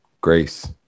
grace